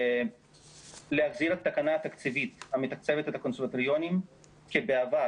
להחזיר את התקנה התקציבית המתקצבת את הקונסרבטוריונים כבעבר.